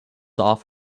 off